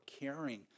caring